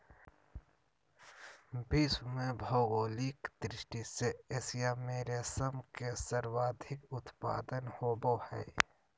विश्व में भौगोलिक दृष्टि से एशिया में रेशम के सर्वाधिक उत्पादन होबय हइ